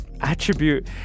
attribute